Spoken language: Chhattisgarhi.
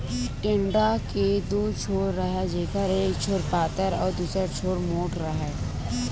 टेंड़ा के दू छोर राहय जेखर एक छोर पातर अउ दूसर छोर मोंठ राहय